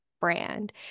brand